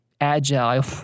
agile